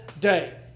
day